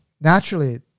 naturally